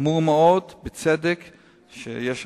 חמור מאוד שיש אבטלה.